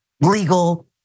legal